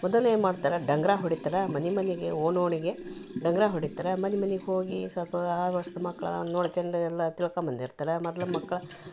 ಮೊದಲೇನು ಮಾಡ್ತಾರ ಡಂಗೂರ ಹೊಡಿತಾರಾ ಮನಿ ಮನಿಗೆ ಓಣಿ ಓಣಿಗೆ ಡಂಗೂರ ಹೊಡಿತಾರಾ ಮನಿ ಮನಿಗೆ ಹೋಗಿ ಸ್ವಲ್ಪ ಆರು ವರ್ಷದ ಮಕ್ಕಳ ನೋಡ್ಕಂಡು ಎಲ್ಲಾ ತಿಳ್ಕಂಡು ಬಂದಿರ್ತರಾ ಮೊದಲು ಮಕ್ಳು